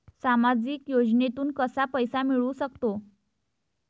सामाजिक योजनेतून कसा पैसा मिळू सकतो?